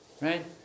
right